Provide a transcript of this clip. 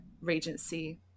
Regency